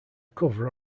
cover